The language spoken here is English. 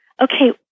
okay